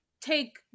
take